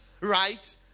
right